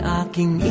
aking